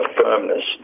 firmness